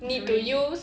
if you really need